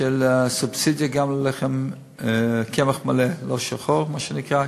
של סובסידיה ללחם מקמח מלא, לא שחור, מה שנקרא,